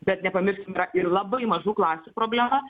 bet nepamirškim yra ir labai mažų klasių problema